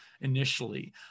initially